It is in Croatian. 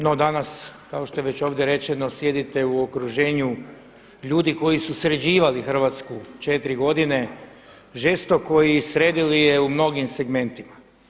No, danas kao što je već ovdje rečeno sjedite u okruženju ljudi koji su sređivali Hrvatsku četiri godine žestoko i sredili je u mnogim segmentima.